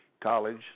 college